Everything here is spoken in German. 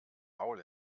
maul